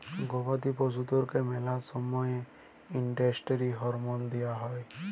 গবাদি পশুদ্যারকে ম্যালা সময়ে ইসটিরেড হরমল দিঁয়া হয়